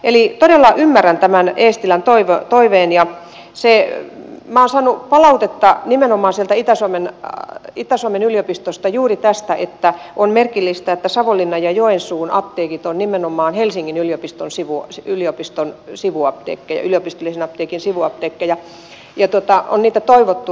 eli todella ymmärrän tämän eestilän toiveen ja minä olen saanut palautetta nimenomaan sieltä itä suomen yliopistosta juuri tästä että on merkillistä että savonlinnan ja joensuun apteekit ovat nimenomaan helsingin yliopistollisen apteekin sivuapteekkeja ja on toivottu muutosta